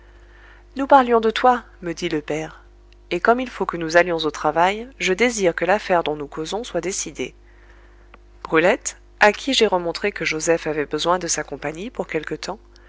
nous parlions de toi me dit le père et comme il faut que nous allions au travail je désire que l'affaire dont nous causons soit décidée brulette à qui j'ai remontré que joseph avait besoin de sa compagnie pour quelque temps